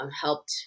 helped